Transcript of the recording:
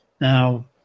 Now